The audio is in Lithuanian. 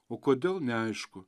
o kodėl neaišku